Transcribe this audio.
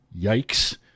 yikes